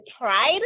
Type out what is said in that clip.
pride